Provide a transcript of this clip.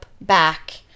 back